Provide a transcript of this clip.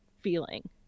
feeling